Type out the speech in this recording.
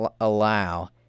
allow